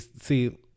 see